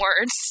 words